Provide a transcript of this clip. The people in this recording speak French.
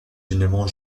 généralement